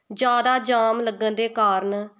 ਜ਼ਿਆਦਾ ਜਾਮ ਲੱਗਣ ਦੇ ਕਾਰਨ